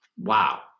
Wow